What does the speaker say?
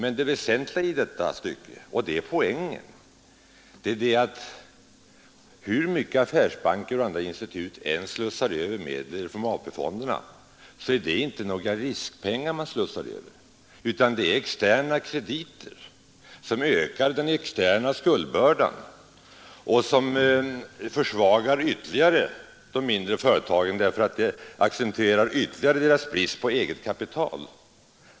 Men det väsentliga i detta stycke — och det är poängen — är att hur mycket affärsbanker och andra institut än slussar över medel från AP-fonderna, rör det sig genomgående inte om några riskpengar utan om krediter, som ökar den externa skuldbördan och ytterligare försvagar de mindre företagen, eftersom detta ytterligare accentuerar deras brist på eget kapital.